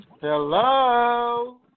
Hello